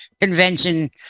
convention